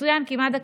יצוין כי מד"א,